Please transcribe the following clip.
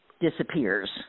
disappears